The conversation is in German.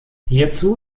hierzu